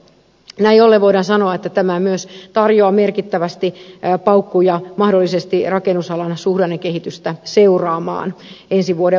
näin ollen voidaan sanoa että tämä myös tarjoaa merkittävästi paukkuja mahdollisesti rakennusalan suhdannekehitystä seuraamaan ensi vuoden osalta